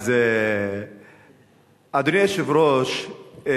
אדוני היושב-ראש,